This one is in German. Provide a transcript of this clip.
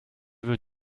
wird